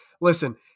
listen –